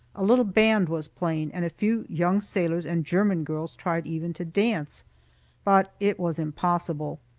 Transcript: a little band was playing, and a few young sailors and german girls tried even to dance but it was impossible.